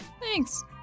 thanks